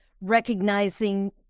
recognizing